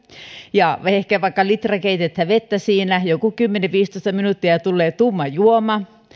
ja vaikka litra keitetään vettä siinä joku kymmenen viiva viisitoista minuuttia ja tulee tumma juoma